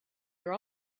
your